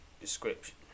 description